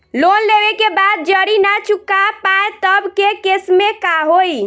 Loan लेवे के बाद जड़ी ना चुका पाएं तब के केसमे का होई?